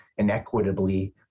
inequitably